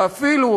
ואפילו,